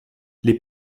les